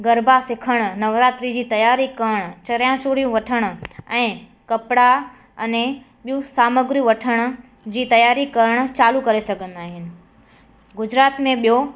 गरबा सिखणु नवरात्री जी तियारी करणु चनिया चोलियूं वठणु ऐं कपिड़ा अने ॿियूं सामग्रियूं वठण जी तियारी करणु चालू करे सघंदा आहिनि गुजरात में ॿियो